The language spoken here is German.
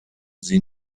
sie